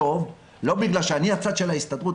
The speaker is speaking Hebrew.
אני הצד של ההסתדרות,